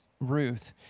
Ruth